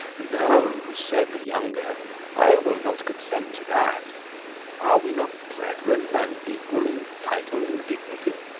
no, said the younger i will not consent to that are we not brethren, and equal in title and dignity?